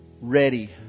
ready